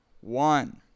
one